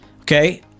okay